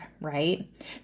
right